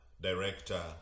director